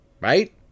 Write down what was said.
Right